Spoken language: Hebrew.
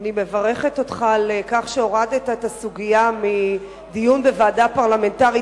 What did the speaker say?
אני מברכת אותך על כך שהורדת את הסוגיה מדיון בוועדה פרלמנטרית,